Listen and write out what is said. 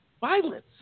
violence